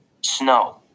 Snow